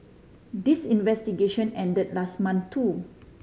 this investigation ended last month too